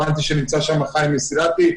הבנתי שנמצא בישיבה חיים מסילתי,